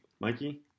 Mikey